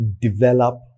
develop